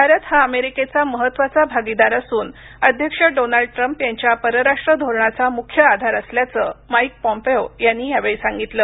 भारत हा अमेरिकेचा महत्त्वाचा भागीदार असून अध्यक्ष डोनाल्ड ट्रम्प यांच्या परराष्ट्र धोरणाचा मुख्य आधार असल्याचं अमेरिकेचे मंत्री माईक पॉम्पेओ यांनी यावेळी सांगितलं